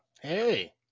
Hey